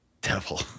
devil